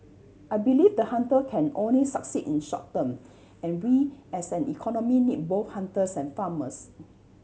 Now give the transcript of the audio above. I believe the hunter can only succeed in short term and we as an economy need both hunters and farmers